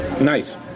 nice